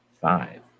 Five